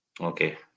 okay